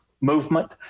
movement